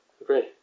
Agree